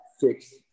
six